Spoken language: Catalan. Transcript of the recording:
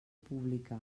pública